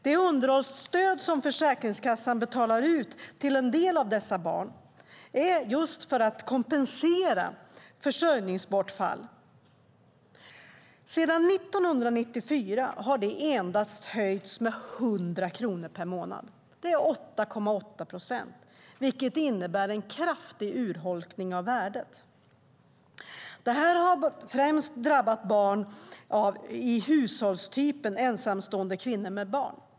Det underhållsstöd som Försäkringskassan betalar ut till en del av dessa barn för att kompensera försörjningsbortfall har sedan 1994 höjts med endast 100 kronor per månad. Det är 8,8 procent, vilket innebär en kraftig urholkning av värdet. Det här har främst drabbat hushållstypen ensamstående kvinnor med barn.